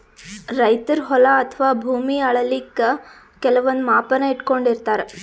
ರೈತರ್ ಹೊಲ ಅಥವಾ ಭೂಮಿ ಅಳಿಲಿಕ್ಕ್ ಕೆಲವಂದ್ ಮಾಪನ ಇಟ್ಕೊಂಡಿರತಾರ್